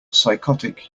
psychotic